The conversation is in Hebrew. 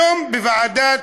היום בוועדת,